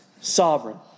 sovereign